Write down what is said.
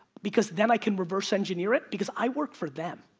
because then i can reverse engineer it, because i work for them.